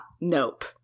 Nope